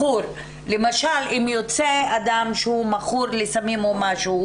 למשל אם יוצא אדם שהוא מכור לסמים או משהו,